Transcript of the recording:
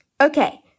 Okay